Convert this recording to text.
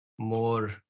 more